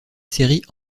série